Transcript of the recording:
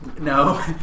No